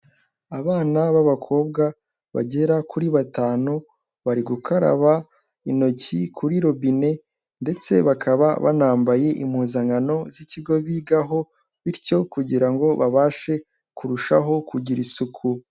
Abana b'abakobwa bagera kuri batanu, bari gukaraba intoki kuri robine ndetse bakaba banambaye impuzankano z'ikigo bigaho bityo kugira ngo babashe kurushaho kugira isuku.